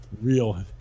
real